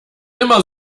immer